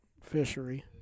fishery